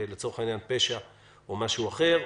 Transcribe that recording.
פשע או משהו אחר,